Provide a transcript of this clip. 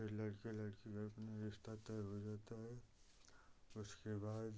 फिर लड़के लड़की में अपना रिश्ता तय हो जाता है उसके बाद